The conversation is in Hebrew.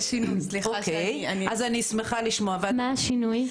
מה השינוי?